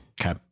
Okay